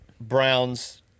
Browns